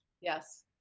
Yes